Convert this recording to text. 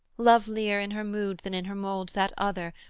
lovelier in her mood than in her mould that other,